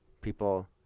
people